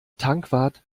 tankwart